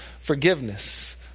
forgiveness